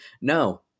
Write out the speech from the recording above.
no